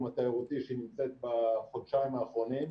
התיירותי שהיא נמצאת בו בחודשיים האחרונים,